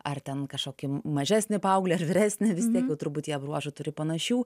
ar ten kažkokį mažesnį paauglį ar vyresnį vis tiek jau turbūt jie bruožų turi panašių